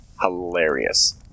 Hilarious